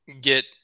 Get